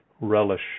relish